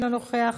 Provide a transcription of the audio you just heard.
אינו נוכח,